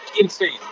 insane